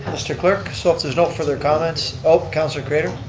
mr. clerk, so if there's no further comments, oh, councilor craitor?